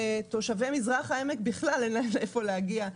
תושבי מזרח העמק בכלל אין להם לאיפה להגיע,